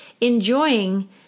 enjoying